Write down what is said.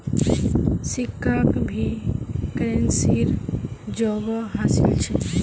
सिक्काक भी करेंसीर जोगोह हासिल छ